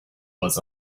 was